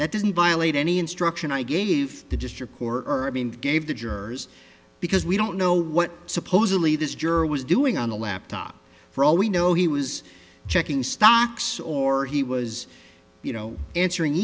that doesn't violate any instruction i gave the district court erbium gave the jurors because we don't know what supposedly this juror was doing on the laptop for all we know he was checking stocks or he was you know answering